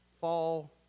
fall